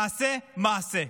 תעשה מעשה.